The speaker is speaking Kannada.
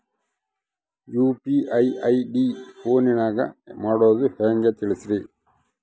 ಯು.ಪಿ.ಐ ಐ.ಡಿ ಫೋನಿನಾಗ ಮಾಡೋದು ಹೆಂಗ ತಿಳಿಸ್ರಿ?